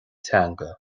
teanga